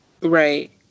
right